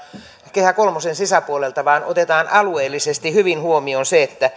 kehä kolmosen sisäpuolelta vaan otetaan alueellisesti hyvin huomioon se